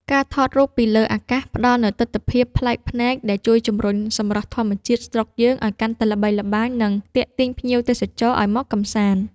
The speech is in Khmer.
ការថតរូបពីលើអាកាសផ្តល់នូវទិដ្ឋភាពប្លែកភ្នែកដែលជួយជំរុញសម្រស់ធម្មជាតិស្រុកយើងឱ្យកាន់តែល្បីល្បាញ និង ទាក់ទាញភ្ញៀវទេសចរឱ្យមកកម្សាន្ត។